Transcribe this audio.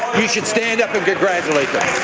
he should stand up and congratulate them.